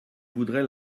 voudrais